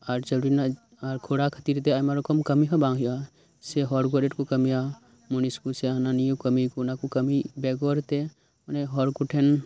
ᱟᱨ ᱪᱟᱣᱞᱮ ᱨᱮᱱᱟᱜ ᱟᱨ ᱠᱷᱚᱨᱟ ᱠᱷᱟᱛᱤᱨ ᱛᱮ ᱟᱭᱢᱟ ᱨᱚᱠᱚᱢ ᱠᱟᱢᱤ ᱦᱚᱸ ᱵᱟᱝ ᱦᱳᱭᱳᱜᱼᱟ ᱥᱮ ᱦᱚᱨ ᱠᱚᱨᱮᱫ ᱠᱚ ᱠᱟᱢᱤᱭᱟ ᱢᱩᱱᱤᱥ ᱠᱚ ᱥᱮ ᱦᱟᱱᱟ ᱱᱤᱭᱟᱹ ᱠᱚ ᱠᱟᱢᱤᱭᱟᱠᱚ ᱚᱱᱟ ᱠᱚ ᱠᱟᱢᱤ ᱵᱮᱜᱚᱨ ᱛᱮ ᱢᱟᱱᱮ ᱦᱚᱲ ᱠᱚᱴᱷᱮᱱ